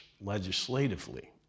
legislatively